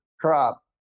crop